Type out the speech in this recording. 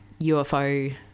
UFO